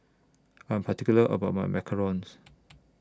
I Am particular about My Macarons